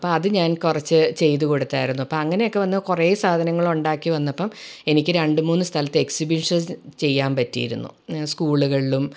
അപ്പം അത് ഞാൻ കുറച്ചു ചെയ്തു കൊടുത്തായിരുന്നു അപ്പം അങ്ങനെയൊക്കെ വന്ന് കുറെ സാധനങ്ങൾ ഉണ്ടാക്കി വന്നപ്പം എനിക്ക് രണ്ട് മൂന്ന് സ്ഥലത്ത് എക്സിബിഷസ്സ് ചെയ്യാൻ പറ്റിയിരുന്നു സ്കൂളിലും